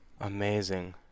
Amazing